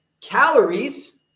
calories